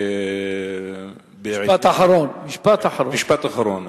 משפט אחרון.